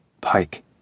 Pike